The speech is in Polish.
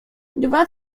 dwa